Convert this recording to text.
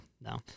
no